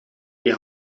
die